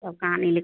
तब कहानी लिख